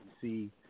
see